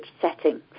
setting